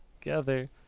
together